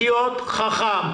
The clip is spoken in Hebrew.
לחיות חכם.